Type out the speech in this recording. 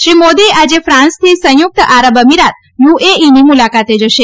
શ્રી મોદી આજે ક્રાન્સથી સંયુક્ત આરબ અમીરાત યુએઈની મુલાકાતે જશે